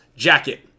jacket